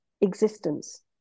existence